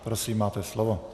Prosím, máte slovo.